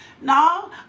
No